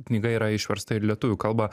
knyga yra išversta ir į lietuvių kalbą